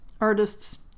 artists